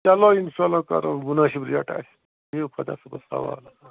چلو اِنشاء اللہ کرو منٲسِب ریٹ آسہِ بِہِو خۄدا صٲبَس حوالہٕ